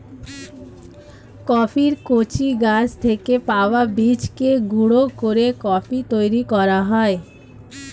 কফির কচি গাছ থেকে পাওয়া বীজকে গুঁড়ো করে কফি তৈরি করা হয়